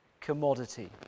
commodity